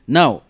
Now